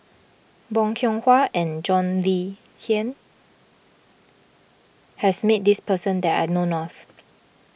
Bong Kiong Hwa and John Le Cain has met this person that I know of